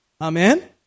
Amen